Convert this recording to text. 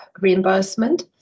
reimbursement